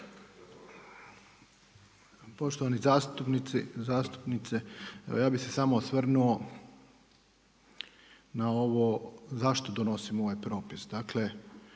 zastupnici, zastupnice. Ja bih se samo osvrnuo na ovo zašto donosimo ovaj propis. Dakle